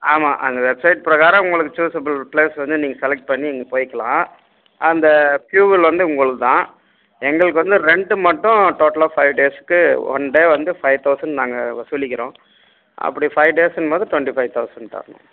ஆமாம் அந்த வெப்சைட் பிரகாரம் உங்களுக்கு சூஸபிள் பிளேஸ் வந்து நீங்கள் செலக்ட் பண்ணி நீங்கள் போய்க்கலாம் அந்த ஃபியூவல் வந்து உங்களதுதான் எங்களுக்கு வந்து ரென்ட்டு மட்டும் டோட்டலாக ஃபைவ் டேஸ்க்கு ஒன் டே வந்து ஃபைவ் தௌசன்ட் நாங்க வசூலிக்கிறோம் அப்படி ஃபைவ் டேஸ்ங்கும்போது டுவெண்ட்டி ஃபைவ் தௌசண்ட் தரணும்